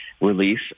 release